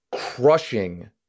crushing